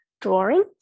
drawing